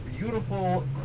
beautiful